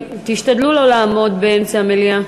תשתדלו לא לעמוד באמצע המליאה.